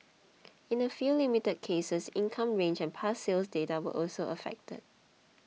in a few limited cases income range and past sales data were also affected